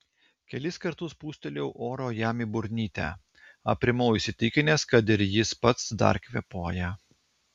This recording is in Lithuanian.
kelis kartus pūstelėjau oro jam į burnytę aprimau įsitikinęs kad ir jis pats dar kvėpuoja